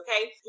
okay